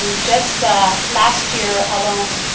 um just ah last year alone,